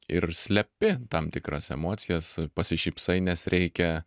ir slepi tam tikras emocijas pasišypsai nes reikia